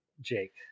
Jake